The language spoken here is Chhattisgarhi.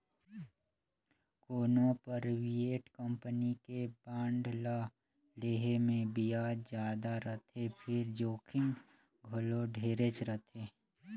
कोनो परइवेट कंपनी के बांड ल लेहे मे बियाज जादा रथे फिर जोखिम घलो ढेरेच रथे